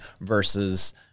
versus